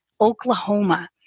Oklahoma